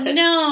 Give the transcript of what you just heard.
no